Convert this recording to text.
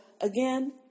again